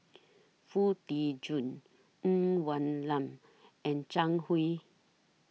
Foo Tee Jun Ng Woon Lam and Zhang Hui